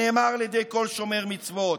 שנאמר על ידי כל שומר מצוות,